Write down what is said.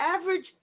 average